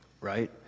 right